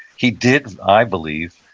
he did, i believe,